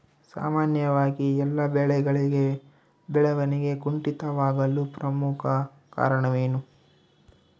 ಸಾಮಾನ್ಯವಾಗಿ ಎಲ್ಲ ಬೆಳೆಗಳಲ್ಲಿ ಬೆಳವಣಿಗೆ ಕುಂಠಿತವಾಗಲು ಪ್ರಮುಖ ಕಾರಣವೇನು?